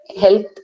health